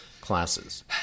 classes